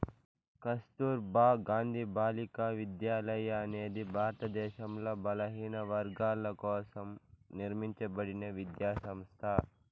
కస్తుర్బా గాంధీ బాలికా విద్యాలయ అనేది భారతదేశంలో బలహీనవర్గాల కోసం నిర్మింపబడిన విద్యా సంస్థ